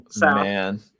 Man